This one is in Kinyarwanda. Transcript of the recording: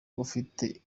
ufite